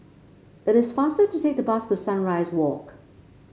it is faster to take the bus to Sunrise Walk